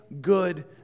good